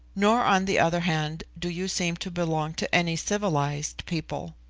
nor, on the other hand, do you seem to belong to any civilised people.